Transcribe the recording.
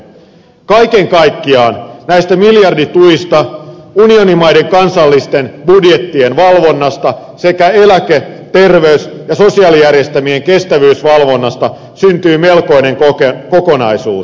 kaiken kaikkiaan näistä miljardituista unionimaiden kansallisten budjettien valvonnasta sekä eläke terveys ja sosiaalijärjestelmien kestävyysvalvonnasta syntyy melkoinen kokonaisuus